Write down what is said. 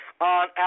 on